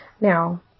Now